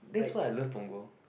that's why I love punggol